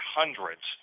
hundreds